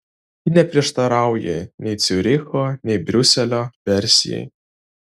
ji neprieštarauja nei ciuricho nei briuselio versijai